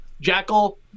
Jackal